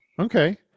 okay